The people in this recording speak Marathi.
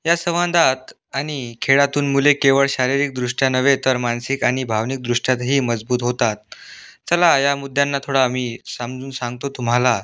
या सवांदात आणि खेळातून मुले केवळ शारीरिकदृष्ट्या नव्हे तर मानसिक आणि भावनिकदृष्ट्यातही मजबूत होतात चला या मुद्यांना थोडा मी समजून सांगतो तुम्हाला